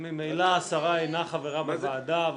ממילא השרה אינה חברה בוועדה,